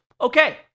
Okay